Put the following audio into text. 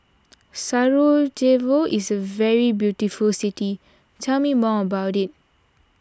Sarajevo is a very beautiful city tell me more about it